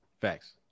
Facts